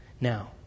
now